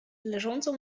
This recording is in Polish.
leżącą